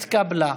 התקבלה.